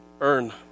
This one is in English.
earn